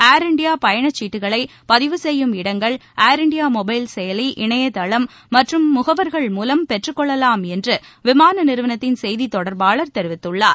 ஏர் India பயணச் சீட்டுகளை பதிவு செய்யும் இடங்கள் ஏர் இண்டியா மொபைல் செயலி இணைய தளம் மற்றும் முகவர்கள் மூலம் பெற்றுக்கொள்ளலாம் என்று விமாள நிறுவனத்தின் செய்தி தொடர்பாளர் தெரிவித்துள்ளார்